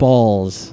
Balls